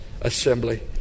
assembly